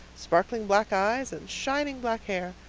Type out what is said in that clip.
sparkling black eyes, and shining black hair,